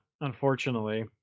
unfortunately